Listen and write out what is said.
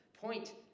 point